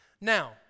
Now